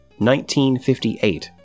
1958